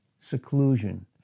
seclusion